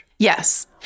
Yes